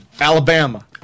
Alabama